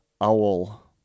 owl